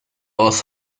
aus